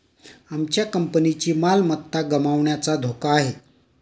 आमच्या कंपनीची मालमत्ता गमावण्याचा धोका आहे